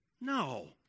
No